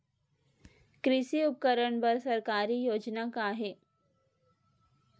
कृषि उपकरण बर सरकारी योजना का का हे?